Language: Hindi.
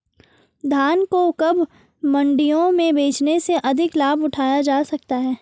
धान को कब मंडियों में बेचने से अधिक लाभ उठाया जा सकता है?